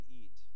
eat